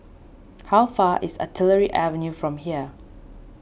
how far is Artillery Avenue from here